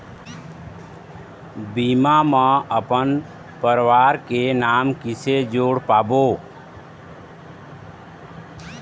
बीमा म अपन परवार के नाम किसे जोड़ पाबो?